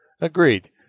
Agreed